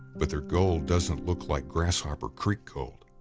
but their gold doesn't look like grasshopper creek gold.